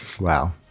Wow